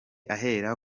ahera